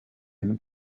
and